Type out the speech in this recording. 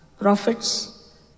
prophets